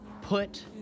put